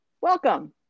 Welcome